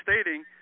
stating